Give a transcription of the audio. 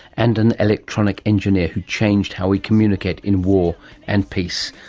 and an electronic engineer who changed how we communicate in war and peace.